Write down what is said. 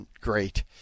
great